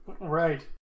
right